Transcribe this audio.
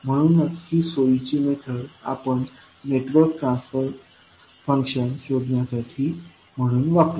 म्हणून ही सोयीची मेथड आपण नेटवर्कचे ट्रान्सफर फंक्शन शोधण्यासाठी म्हणून वापरू